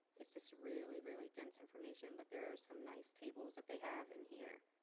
it's just really, really dense information, but there are some nice tables that they have in here.